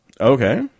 okay